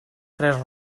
tres